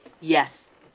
yes